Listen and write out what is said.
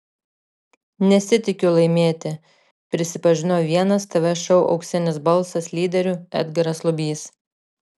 nesitikiu laimėti prisipažino vienas tv šou auksinis balsas lyderių edgaras lubys